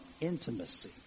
intimacy